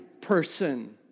person